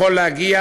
יכולה להגיע